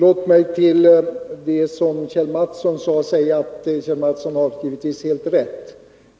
Herr talman! Låt mig säga att Kjell Mattsson givetvis har helt rätt.